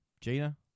Gina